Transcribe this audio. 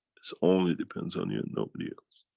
it's only depends on you and nobody else.